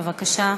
בבקשה.